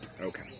Okay